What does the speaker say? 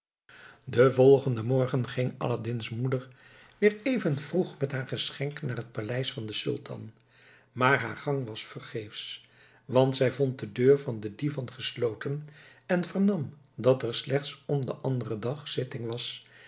den volgenden morgen ging aladdin's moeder weer even vroeg met haar geschenk naar het paleis van den sultan maar haar gang was vergeefs want zij vond de deur van den divan gesloten en vernam dat er slechts om den anderen dag zitting was